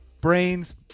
brains